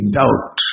doubt